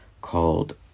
called